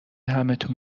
همتون